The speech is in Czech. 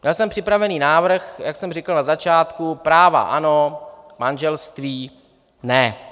Měl jsem připravený návrh, jak jsem říkal na začátku práva ano, manželství ne.